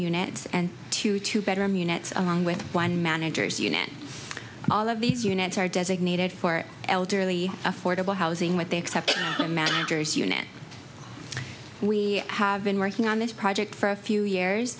units and two two bedroom units along with one manager's unit all of these units are designated for elderly affordable housing with they accept a manager's unit we have been working on this project for a few years